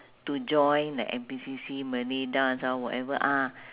to join like N_P_C_C malay dance ah whatever ah